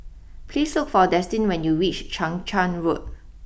please look for Destin when you reach Chang Charn Road